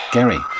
Gary